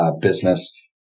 business